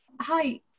hi